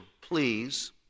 please